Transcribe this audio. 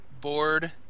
board